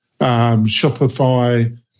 Shopify